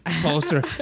poster